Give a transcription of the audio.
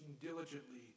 diligently